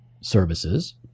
services